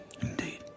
Indeed